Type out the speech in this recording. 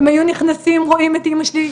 הם היו נכנסים, רואים את אמא שלי,